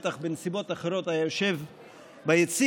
בטח בנסיבות אחרות היה יושב ביציע,